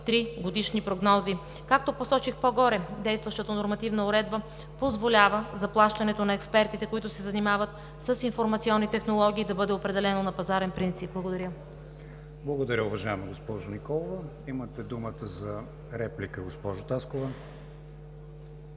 3-годишни прогнози. Както посочих по-горе, действащата нормативна уредба позволява заплащането на експертите, които се занимават с информационни технологии, да бъде определено на пазарен принцип. Благодаря. ПРЕДСЕДАТЕЛ КРИСТИАН ВИГЕНИН: Благодаря, уважаема госпожо Николова. Имате думата за реплика, госпожо Таскова.